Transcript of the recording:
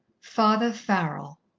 father farrell